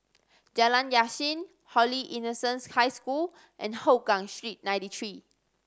Jalan Yasin Holy Innocents' High School and Hougang Street Ninety Three